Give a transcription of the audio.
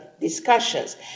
discussions